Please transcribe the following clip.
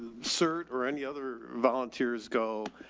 cert or any other volunteers go, ah,